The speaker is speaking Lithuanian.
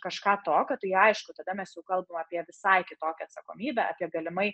kažką tokio tai aišku tada mes jau kalbam apie visai kitokią atsakomybę apie galimai